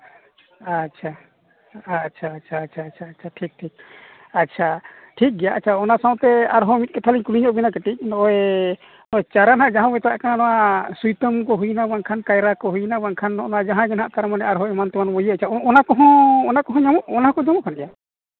ᱟᱪᱪᱷᱟ ᱟᱪᱪᱷᱟ ᱟᱪᱪᱷᱟ ᱟᱪᱪᱷᱟ ᱴᱷᱤᱠ ᱴᱷᱤᱠ ᱟᱪᱪᱷᱟ ᱴᱷᱤᱠ ᱟᱪᱪᱷᱟ ᱚᱱᱟ ᱥᱟᱶᱛᱮ ᱟᱨᱦᱚᱸ ᱢᱤᱫ ᱠᱟᱛᱷᱟ ᱞᱤᱧ ᱠᱩᱞᱤ ᱧᱚᱜ ᱵᱤᱱᱟ ᱠᱟᱹᱴᱤᱡ ᱱᱚᱜᱼᱚᱭ ᱪᱟᱨᱟ ᱦᱟᱸᱜ ᱡᱟᱦᱟᱸ ᱢᱮᱛᱟᱜ ᱠᱟᱱᱟ ᱱᱚᱣᱟ ᱥᱤᱛᱩᱝ ᱠᱚ ᱦᱩᱭᱱᱟ ᱵᱟᱝᱠᱷᱟᱱ ᱠᱟᱭᱨᱟ ᱠᱚ ᱦᱩᱭᱱᱟ ᱵᱟᱝᱠᱷᱟᱱ ᱱᱚᱜᱼᱚ ᱱᱟ ᱡᱟᱦᱟᱸᱭ ᱜᱮ ᱦᱟᱸᱜ ᱛᱟᱨ ᱢᱟᱱᱮ ᱟᱨᱦᱚᱸ ᱮᱢᱟᱱ ᱛᱮᱢᱟᱱ ᱵᱚᱱ ᱚᱱᱟ ᱠᱚᱦᱚᱸ ᱚᱱᱟ ᱠᱚᱦᱚᱸ ᱧᱟᱢᱚᱜ ᱠᱟᱱ ᱜᱮᱭᱟ